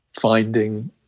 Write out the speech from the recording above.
finding